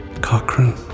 Cochrane